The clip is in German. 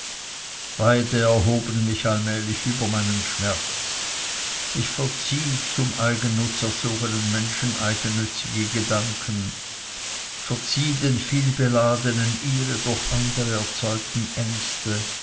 beide erhoben mich allmählich über meinen schmerz ich verzieh zum eigennutz erzogenen menschen eigennützige gedanken verzieh den vielbeladenen ihre durch andere erzeugten ängsten